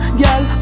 girl